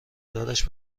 دارش